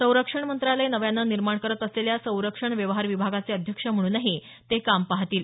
संरक्षण मंत्रालय नव्यानं निर्माण करत असलेल्या संरक्षण व्यवहार विभागाचे अध्यक्ष म्हणूनही ते काम पहातील